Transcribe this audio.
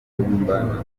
nkurunziza